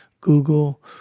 Google